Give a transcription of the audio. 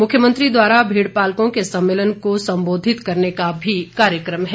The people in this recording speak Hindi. मुख्यमंत्री द्वारा भेड़पालकों के सम्मेलन को संबोधित करने का भी कार्यकम है